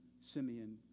Simeon